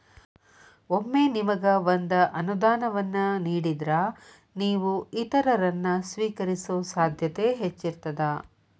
ಒಮ್ಮೆ ನಿಮಗ ಒಂದ ಅನುದಾನವನ್ನ ನೇಡಿದ್ರ, ನೇವು ಇತರರನ್ನ, ಸ್ವೇಕರಿಸೊ ಸಾಧ್ಯತೆ ಹೆಚ್ಚಿರ್ತದ